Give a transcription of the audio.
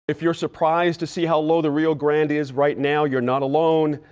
if you're surprised to see how low the rio grande is right now, you're not alone.